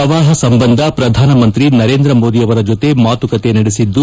ಪ್ರವಾಹ ಸಂಬಂಧ ಪ್ರಧಾನಮಂತ್ರಿ ನರೇಂದ್ರ ಮೋದಿಯವರ ಜೊತೆ ಮಾತುಕತೆ ನಡೆಸಿದ್ದು